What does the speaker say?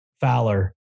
Fowler